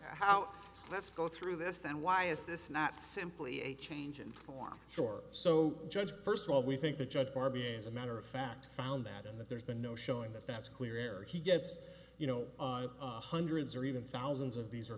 how let's go through this and why is this not simply a change and for sure so judge first of all we think the judge barbie as a matter of fact found that in that there's been no showing that that's clear air he gets you know hundreds or even thousands of these re